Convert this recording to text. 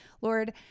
Lord